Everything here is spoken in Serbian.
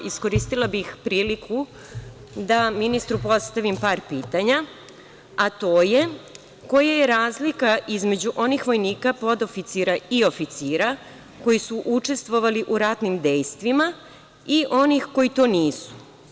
Iskoristila bih priliku da ministru postavim par pitanja, a to je – koja je razlika između onih vojnika podoficira i oficira koji su učestvovali u ratnim dejstvima i onih koji to nisu?